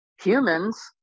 humans